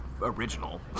original